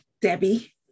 Debbie